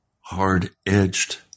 hard-edged